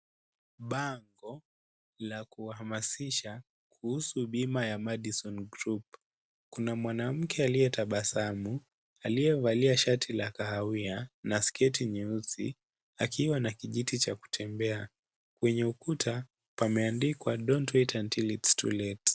Bango la kuwahamasisha kuhusu bima ya Madison Group, kuna mwanamke aliyetabasamu, aliyevalia shati la kahawia na sketi nyeusi akiwa na kijiti cha kutembea, kwenye ukuta pameandikwa dont wait until its too late .